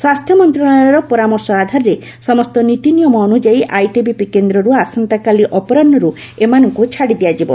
ସ୍ୱାସ୍ଥ୍ୟ ମନ୍ତ୍ରଣାଳୟର ପରାମର୍ଶ ଆଧାରରେ ସମସ୍ତ ନୀତିନିୟମ ଅନୁଯାଇ ଆଟିବିପି କେନ୍ଦ୍ରରୁ ଆସନ୍ତାକାଲି ଅପରାହରୁ ଏମାନଙ୍କୁ ଓକାଡି ଦିଆଯିବ